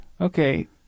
Okay